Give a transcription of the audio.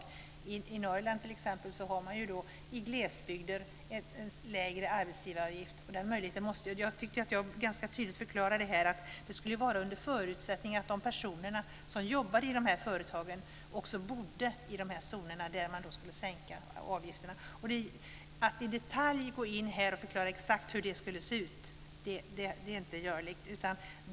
I glesbygden i Norrland, t.ex., har man en lägre arbetsgivaravgift. Jag tyckte att jag ganska tydligt förklarade att vi skulle sänka avgifterna under förutsättning att de personer som jobbar i företagen också bor i de zonerna. Att i detalj gå in här och förklara exakt hur det skulle se ut är inte görligt.